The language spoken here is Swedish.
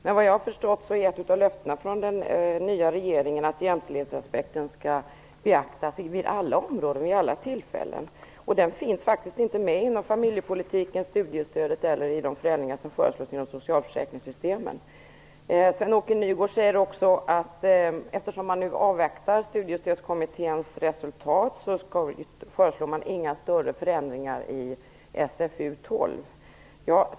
Men såvitt jag har förstått är ett av löftena från den nya regeringen att jämställdhetsaspekten skall beaktas på alla områden och vid alla tillfällen. Den aspekten finns faktiskt inte med inom familjepolitikens och studiestödets områden eller när det gäller de förändringar som föreslås inom socialförsäkringssystemen. Sven-Åke Nygårds säger också att eftersom man nu avvaktar Studiestödskommitténs resultat föreslår man inga större förändringar i SfU12.